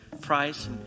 price